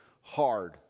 hard